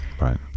right